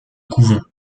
couvents